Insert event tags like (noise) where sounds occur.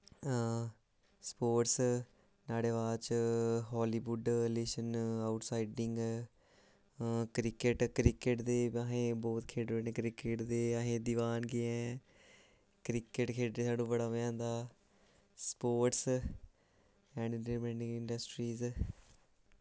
sports नाह्ड़े बाद च हालीबुड लीशन आऊट साईडिंग क्रिकेट क्रिकेट दे असें बौह्त खेढने होन्ने ऐं क्रिकेट खेढदे अस दिवानगे ऐं क्रिकेट खेढना सानूं बड़ा मज़ा आंदा स्पोट्स (unintelligible) इंडस्ट्रीस